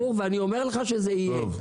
ברור, ואני אומר לך שזה יהיה.